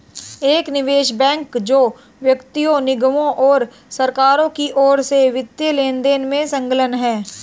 एक निवेश बैंक जो व्यक्तियों निगमों और सरकारों की ओर से वित्तीय लेनदेन में संलग्न है